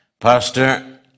Pastor